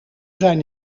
zijn